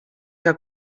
que